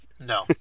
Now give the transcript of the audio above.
No